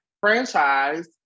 franchise